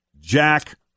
jack